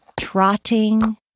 trotting